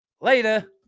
Later